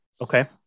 Okay